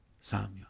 Samuel